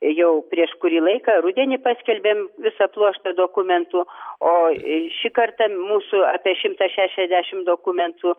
jau prieš kurį laiką rudenį paskelbėm visą pluoštą dokumentų o ir šį kartą mūsų apie šimtas šešiasdešimt dokumentų